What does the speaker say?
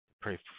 pray